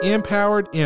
Empowered